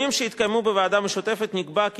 עוד נקבע בהסדר שגובש בוועדה המשותפת כי